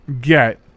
get